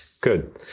good